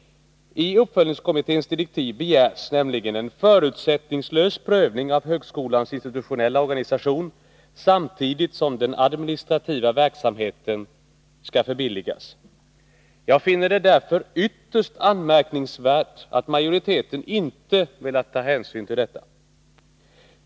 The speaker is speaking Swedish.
I uppföljningskommitténs direktiv begärs nämligen en förutsättningslös prövning av högskolans institutionella organisation, samtidigt som den administrativa verksamheten skall förbilligas. Jag finner det därför ytterst anmärkningsvärt att majoriteten inte velat ta hänsyn till detta.